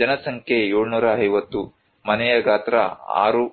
ಜನಸಂಖ್ಯೆ 720 ಮನೆಯ ಗಾತ್ರ 6